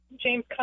James